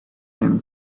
him